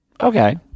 okay